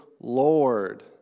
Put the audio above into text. lord